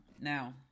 Now